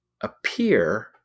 appear